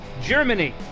Germany